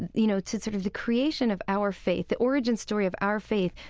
you know, to, sort of, the creation of our faith, the origin story of our faith,